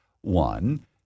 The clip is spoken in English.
One